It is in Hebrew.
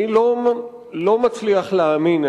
אני לא מצליח להאמין,